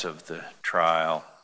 of the trial